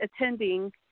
attending